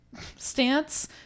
stance